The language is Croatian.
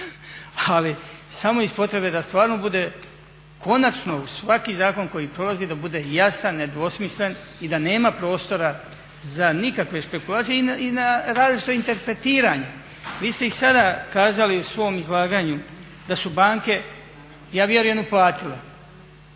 Ali samo iz potrebe da stvarno bude konačno svaki zakon koji prolazi da bude jasan, nedvosmislen i da nema prostora za nikakve špekulacije i na različito interpretiranje. Vi ste i sada kazali u svom izlaganju da su banke ja vjerujem uplatile.